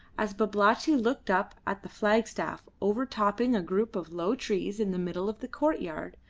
as babalatchi looked up at the flagstaff over-topping a group of low trees in the middle of the courtyard,